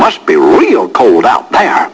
must be real cold out the